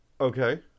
Okay